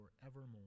forevermore